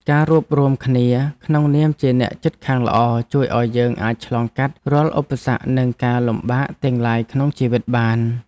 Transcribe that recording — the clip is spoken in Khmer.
ការរួបរួមគ្នាក្នុងនាមជាអ្នកជិតខាងល្អជួយឱ្យយើងអាចឆ្លងកាត់រាល់ឧបសគ្គនិងការលំបាកទាំងឡាយក្នុងជីវិតបាន។